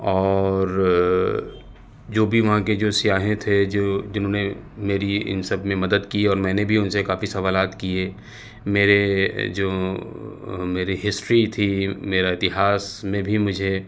اور جو بھی وہاں کے جو سیاح تھے جو جنہوں نے میری ان سب نے مدد کی اور میں نے بھی ان سے کافی سوالات کیے میرے جو میری ہسٹری تھی میرا اتہاس میں بھی مجھے